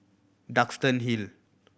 Duxton Hill